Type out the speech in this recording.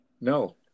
No